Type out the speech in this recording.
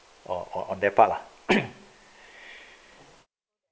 on on their part lah